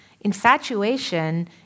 Infatuation